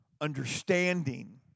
understanding